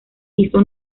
hizo